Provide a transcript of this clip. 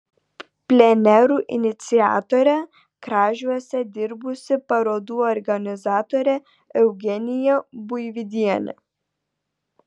plenerų iniciatorė kražiuose dirbusi parodų organizatorė eugenija buivydienė